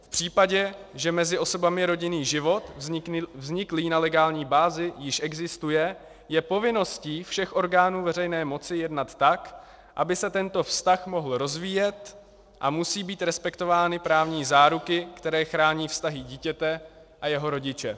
V případě, že mezi osobami rodinný život vzniklý na legální bázi již existuje, je povinností všech orgánů veřejné moci jednat tak, aby se tento vztah mohl rozvíjet, a musí být respektovány právní záruky, které chrání vztahy dítěte a jeho rodiče.